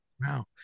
Wow